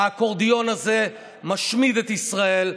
האקורדיון הזה משמיד את ישראל.